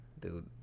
dude